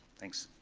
thanks.